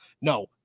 No